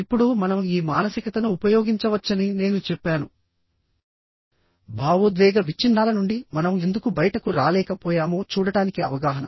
ఇప్పుడు మనం ఈ మానసికతను ఉపయోగించవచ్చని నేను చెప్పాను భావోద్వేగ విచ్ఛిన్నాల నుండి మనం ఎందుకు బయటకు రాలేకపోయామో చూడటానికి అవగాహన